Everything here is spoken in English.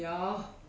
ya